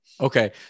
Okay